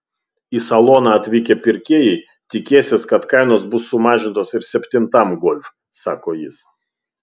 į saloną atvykę pirkėjai tikėsis kad kainos bus sumažintos ir septintam golf sako jis